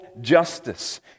justice